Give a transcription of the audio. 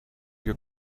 your